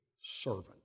servant